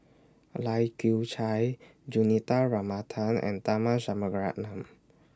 Lai Kew Chai Juthika Ramanathan and Tharman Shanmugaratnam